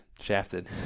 shafted